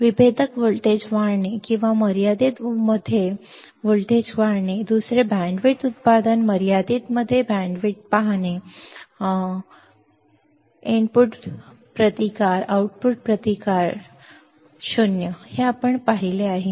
विभेदक व्होल्टेज वाढणे किंवा मर्यादित मध्ये व्होल्टेज वाढणे दुसरे बँडविड्थ उत्पादन मर्यादित मध्ये बँडविड्थ उत्पादने मर्यादित मध्ये इनपुट प्रतिकार आउटपुट प्रतिरोध शून्य बरोबर हे आपण पाहिले आहे